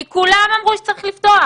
כי כולם אמרו שצריך לפתוח,